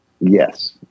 Yes